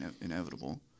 inevitable